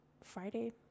Friday